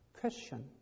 question